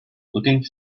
looking